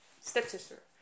stepsister